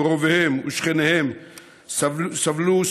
קרוביהם ושכניהם סבלו,